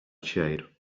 shade